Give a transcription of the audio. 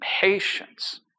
patience